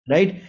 Right